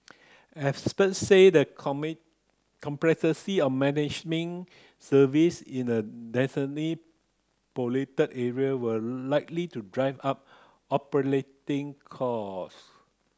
experts said the complexity of managing service in a densely populated area would likely to drive up operating cost